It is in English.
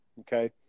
okay